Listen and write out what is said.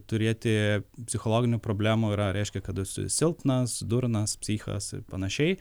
turėti psichologinių problemų yra reiškia kad esu silpnas durnas psichas ir panašiai